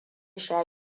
sha